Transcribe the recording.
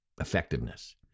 effectiveness